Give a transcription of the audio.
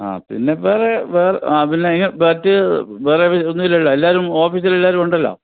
ആ പിന്നെ വേറെ വെ ആ പിന്നെ മറ്റേ വേറെ വി ഒന്നുമില്ലല്ലോ എല്ലാവരും ഓഫീസിൽ എല്ലാവരും ഉണ്ടല്ലോ